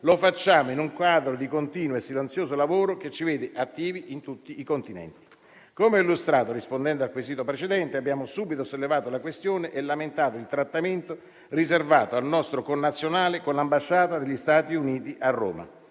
lo facciamo in un quadro di continuo e silenzioso lavoro che ci vede attivi in tutti i continenti. Come ho illustrato rispondendo al quesito precedente, abbiamo subito sollevato la questione e lamentato il trattamento riservato al nostro connazionale con l'ambasciata degli Stati Uniti a Roma.